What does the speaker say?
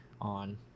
on